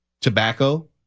tobacco